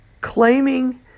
claiming